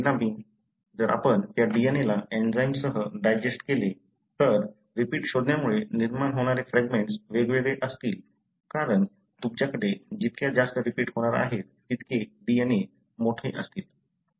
परिणामी जर आपण त्या DNA ला एंझाइमसह डायजेष्ठ केले तर रिपीट शोधण्यामुळे निर्माण होणारे फ्रॅगमेंट्स वेगवेगळे असतील कारण तुमच्याकडे जितक्या जास्त रिपीट होणार आहेत तितके DNA मोठे असतील